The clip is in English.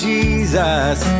Jesus